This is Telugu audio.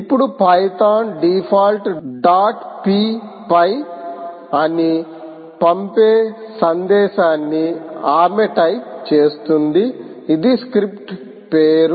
ఇప్పుడు పైథాన్ డిఫాల్ట్ డాట్ పివై అని పంపే సందేశాన్ని ఆమె టైప్ చేస్తుంది ఇది స్క్రిప్ట్ పేరు